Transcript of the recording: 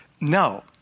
no